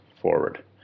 forward